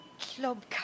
Club